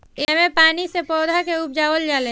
एह मे पानी से पौधा के उपजावल जाले